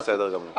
בסדר גמור.